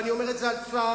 ואני אומר את זה על צה"ל,